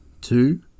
Two